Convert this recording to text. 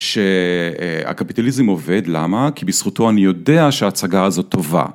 שהקפיטליזם עובד, למה, כי בזכותו אני יודע שההצגה הזאת טובה.